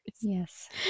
Yes